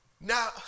Now